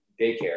daycare